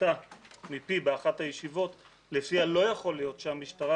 שצוטטה מפי באחת הישיבות לפיה לא יכול להיות שהמשטרה